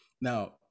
Now